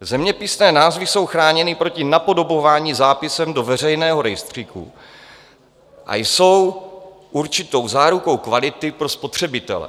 Zeměpisné názvy jsou chráněny proti napodobování zápisem do veřejného rejstříku a jsou určitou zárukou kvality pro spotřebitele.